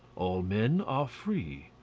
all men are free.